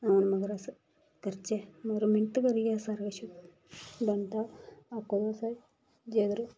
मगर अस करचै मगर मैह्नत करियै सारा किश गै बनदा आक्खो तुस जेकर